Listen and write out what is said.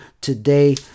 today